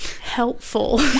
helpful